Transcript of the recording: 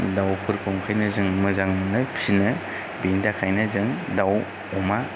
दाउफोरखौ ओंखायनो जों मोजां मोनो फिनो बेनि थाखायनो जों दाउ अमा